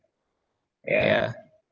yeah